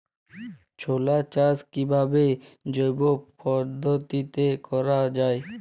ছোলা চাষ কিভাবে জৈব পদ্ধতিতে করা যায়?